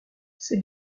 c’est